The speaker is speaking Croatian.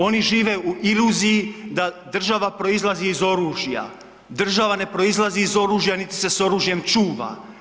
Oni žive u iluziji da država proizlazi iz oružja, država ne proizlazi iz oružja, nit se s oružjem čuva.